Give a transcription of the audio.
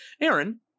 Aaron